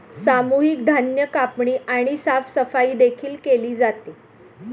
सामूहिक धान्य कापणी आणि साफसफाई देखील केली जाते